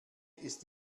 ist